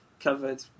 covered